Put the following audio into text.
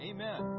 Amen